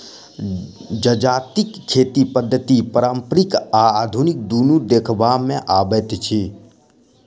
जजातिक खेती पद्धति पारंपरिक आ आधुनिक दुनू देखबा मे अबैत अछि